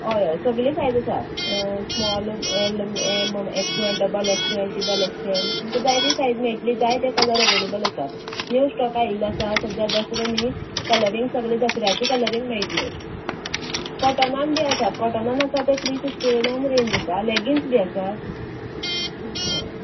हय हय सगळीं सायज आसा small L M XL double XL triple XL तुमका जाय ती सायज मेळटली जाय ते कलर एवलेबल आसात नीव स्टोक आयिल्लो आसा सद्द्याक दसरो न्ही कलरींग सगलें दसऱ्याचे कलरींग मेळटली काॅटनान बी आसात काॅटनान आसा तें थ्री फिफ्टी वयल्यान रेंज आसा लेगिंग्न्स बी आसात हय